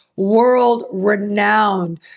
world-renowned